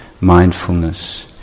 mindfulness